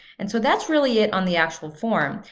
and so, that's really it on the actual form,